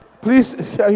Please